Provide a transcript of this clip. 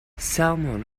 salmon